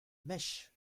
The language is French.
mèche